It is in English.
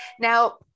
Now